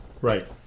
Right